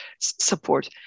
support